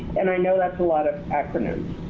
and i know that's a lot of acronyms,